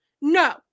No